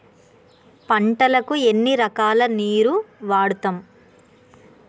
పంటలకు ఎన్ని రకాల నీరు వాడుతం?